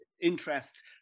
interests